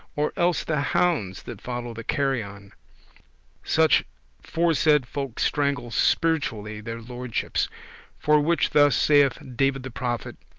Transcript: or else the hounds that follow the carrion. such foresaid folk strangle spiritually their lordships for which thus saith david the prophet,